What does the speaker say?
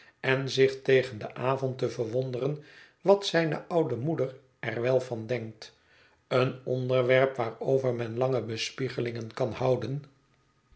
en zich tegen den avond te verwonderen wat zijne oude moeder er wel van denkt een onderwerp waarover men lange bespiegelingen kan houden